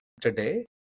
today